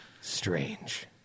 strange